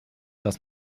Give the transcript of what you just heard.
dass